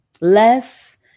less